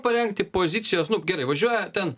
parengti pozicijos nu gerai važiuoja ten